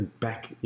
back